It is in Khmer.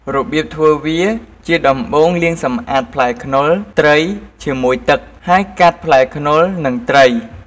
របៀបធ្វើវា ជាដំបូងលាងសម្អាតផ្លែខ្នុរ ត្រីជាមួយទឹក ហើយកាត់ផ្លែខ្នុរនិងត្រី។